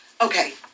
okay